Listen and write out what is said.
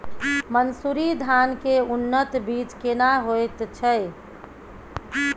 मन्सूरी धान के उन्नत बीज केना होयत छै?